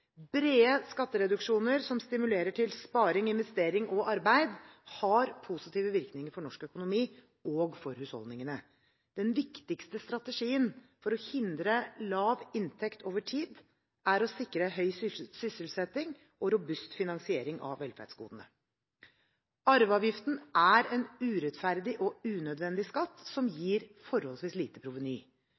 Brede skattereduksjoner som stimulerer til sparing, investering og arbeid, har positive virkninger for norsk økonomi og for husholdningene. Den viktigste strategien for å hindre lav inntekt over tid er å sikre høy sysselsetting og robust finansiering av velferdsgodene. Arveavgiften er en urettferdig og unødvendig skatt, som gir forholdsvis lite proveny.